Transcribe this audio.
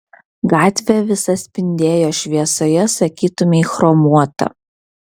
gatvė visa spindėjo šviesoje sakytumei chromuota